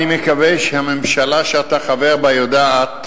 אני מקווה שהממשלה שאתה חבר בה יודעת